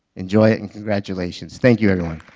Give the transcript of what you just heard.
enjoy it, and congratulations. thank you, everyone.